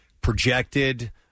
projected